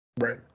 Right